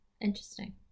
Interesting